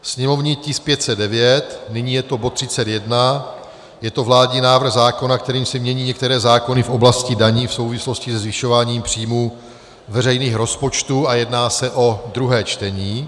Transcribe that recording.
sněmovní tisk 509, nyní je to bod 31, je to vládní návrh zákona, kterým se mění některé zákony v oblasti daní v souvislosti se zvyšováním příjmů veřejných rozpočtů, a jedná se o druhé čtení;